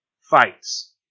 Fights